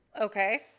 Okay